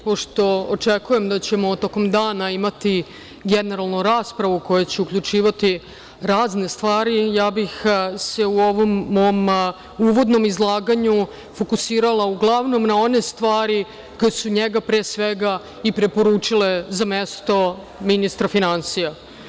Pošto očekujem da ćemo tokom dana imati generalnu raspravu, koja će uključivati razne stvari, ja bih se u ovom mom uvodnom izlaganju fokusirala uglavnom na one stvari koje su njega, pre svega, i preporučile za mesto ministra finansija.